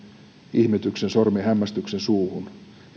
ihmetyksen sormi hämmästyksen suuhun että